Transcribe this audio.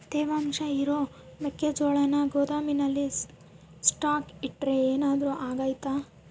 ತೇವಾಂಶ ಇರೋ ಮೆಕ್ಕೆಜೋಳನ ಗೋದಾಮಿನಲ್ಲಿ ಸ್ಟಾಕ್ ಇಟ್ರೆ ಏನಾದರೂ ಅಗ್ತೈತ?